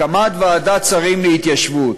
הקמת ועדת שרים להתיישבות.